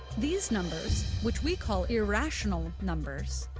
these numbers, which we call irrational numbers,